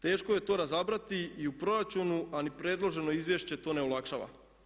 Teško je to razabrati i u proračunu, a ni predloženo izvješće to ne olakšava.